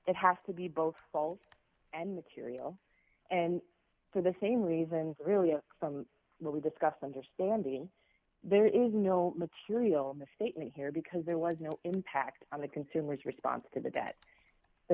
it has to be both false and material and for the same reasons really and from what we discussed understanding there is no material misstatement here because there was no impact on the consumer's response to that th